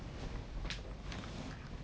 this friday